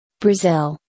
Brazil